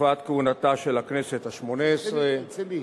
תקופת כהונתה גם של הכנסת השמונה-עשרה